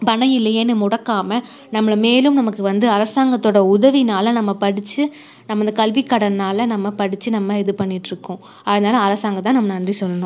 பணம் இல்லையேனு முடக்காமல் நம்மளை மேலும் நமக்கு வந்து அரசாங்கத்தோடய உதவியினால் நம்ம படித்து நம்ம இந்தக் கல்விக் கடனால் நம்ம படித்து நம்ம இது பண்ணிகிட்டு இருக்கோம் அதனால் அரசாங்கத்தா நம்ம நன்றி சொல்லணும்